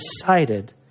decided